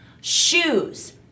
shoes